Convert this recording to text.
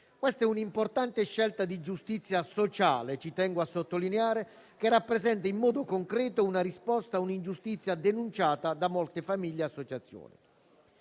medesimo. Una importante scelta di giustizia sociale che rappresenta in modo concreto una risposta a un'ingiustizia denunciata da molte famiglie e associazioni.